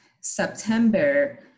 September